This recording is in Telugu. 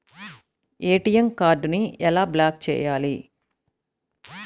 ఏ.టీ.ఎం కార్డుని ఎలా బ్లాక్ చేయాలి?